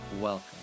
Welcome